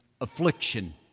affliction